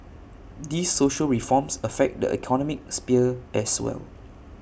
these social reforms affect the economic sphere as well